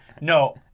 no